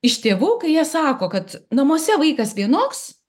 iš tėvų kai jie sako kad namuose vaikas vienoks